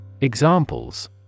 Examples